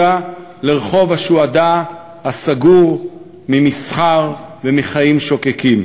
לרחוב השוהדא הסגור ממסחר ומחיים שוקקים.